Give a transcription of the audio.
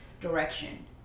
direction